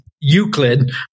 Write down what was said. Euclid